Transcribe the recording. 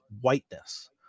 whiteness